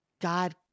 God